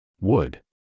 Wood